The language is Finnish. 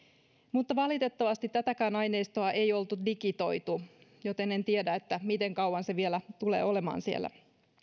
mutta valitettavasti tätäkään aineistoa ei ole digitoitu joten en tiedä miten kauan se vielä tulee olemaan siellä